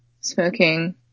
smoking